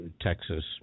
Texas